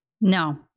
No